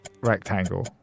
rectangle